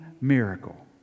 miracle